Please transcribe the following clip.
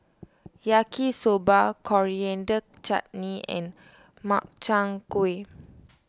Yaki Soba Coriander Chutney and Makchang Gui